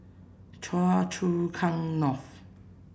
Choa Chu Kang North